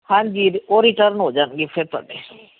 ਹਾਂਜੀ ਏ ਉਹ ਰਿਟਰਨ ਹੋ ਜਾਣਗੇ ਫਿਰ ਤੁਹਾਡੇ